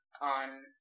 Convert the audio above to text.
on